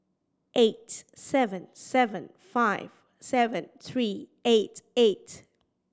eight seven seven five seven three eight eight